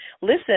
Listen